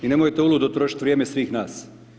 I nemojte uludo trošiti vrijeme svih nas.